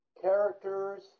characters